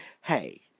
hey